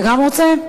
גם אתה רוצה?